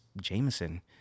Jameson